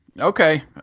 Okay